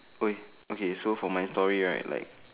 !oi! okay so for my story right like